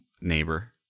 neighbor